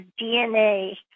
DNA